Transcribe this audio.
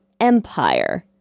empire